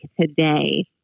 today